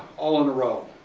all in a row.